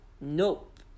Nope